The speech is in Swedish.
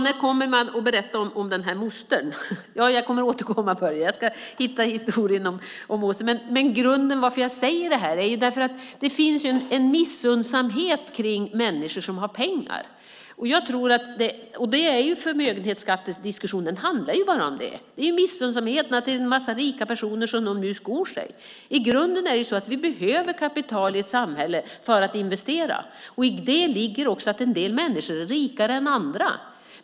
När kommer man att berätta om mostern? Jag återkommer om det, Börje. Grunden till det jag säger är att det finns en missunnsamhet mot människor som har pengar. Förmögenhetsskattediskussionen handlar ju bara om det. Det är missunnsamhet för att en massa rika personer skor sig. I grunden behöver vi kapital i samhället för att investera. I det ligger att en del människor är rikare än andra.